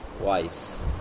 Wise